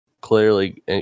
clearly